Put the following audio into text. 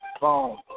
phone